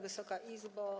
Wysoka Izbo!